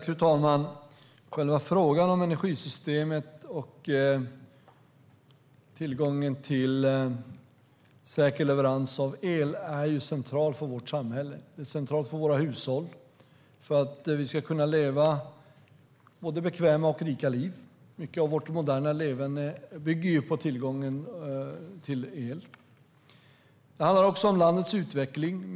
Fru talman! Själva frågan om energisystemet och tillgången till säker leverans av el är central för vårt samhälle, för våra hushåll och för att vi ska kunna leva både bekväma och rika liv. Mycket av vårt moderna leverne bygger ju på tillgången till el. Det handlar om landets utveckling.